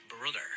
brother